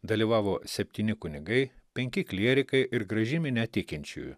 dalyvavo septyni kunigai penki klierikai ir graži minia tikinčiųjų